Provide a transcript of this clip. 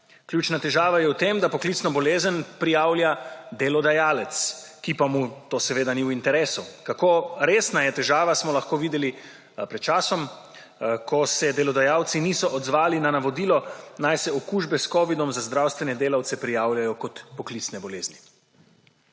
Ključna težava je v tem, da poklicno bolezen prijavlja delodajalec, ki pa mu to seveda ni v interesu. Kako resna je težava, smo lahko videli pred časom, ko se delodajalci niso odzvali na navodilo, naj se okužbe s covidom za zdravstvene delavce prijavljajo kot poklicne bolezni.